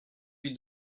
lui